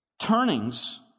turnings